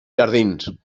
jardins